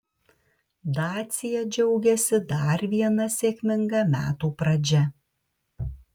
dacia džiaugiasi dar viena sėkminga metų pradžia